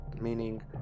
meaning